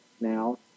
now